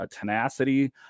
tenacity